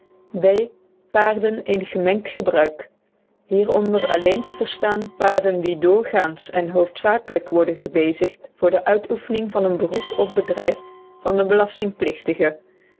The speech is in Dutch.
b paarden in gemengd gebruik hieronder alleen te verstaan paarden die doorgaans en hoofdzakelijk worden gebezigd voor de uitoefening van een beroep of bedrijf van den